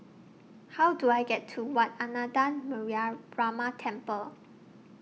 How Do I get to Wat Ananda Temple